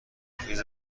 خیز